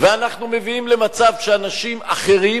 ואנחנו מביאים למצב שאנשים אחרים,